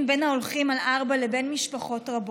בין ההולכים על ארבע לבין משפחות רבות.